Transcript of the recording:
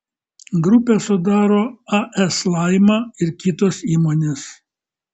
grupę sudaro as laima ir kitos įmonės